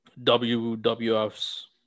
WWF's